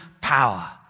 power